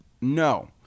No